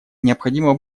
необходима